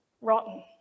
rotten